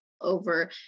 over